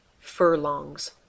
furlongs